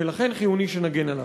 ולכן חיוני שנגן עליו.